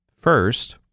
first